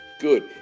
good